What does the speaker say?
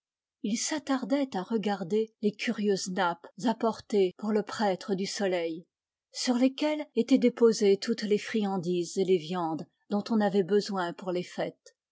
il sattardait à regarder les curieuses nappes apportées pour le prêtre du soleil sur lesquelles étaient déposées toutes les friandises et les viandes dont on avait besoin pour les fêtes